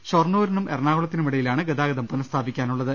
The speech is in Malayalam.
ഷൊർണ്ണൂറിനും എറണാകുള ത്തിനുമിടയിലാണ് ഗതാഗതം പുനസ്ഥാപിക്കാനുള്ളത്